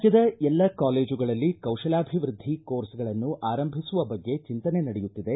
ರಾಜ್ಯದ ಎಲ್ಲ ಕಾಲೇಜುಗಳಲ್ಲಿ ಕೌತಲಾಭಿವೃದ್ಧಿ ಕೋರ್ಸ್ಗಳನ್ನು ಆರಂಭಿಸುವ ಬಗ್ಗೆ ಚಿಂತನೆ ನಡೆಯುತ್ತಿದೆ